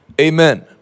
Amen